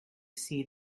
see